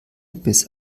bis